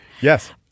Yes